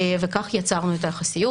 וכך יצרנו את היחסיות.